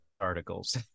articles